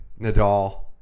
Nadal